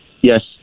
Yes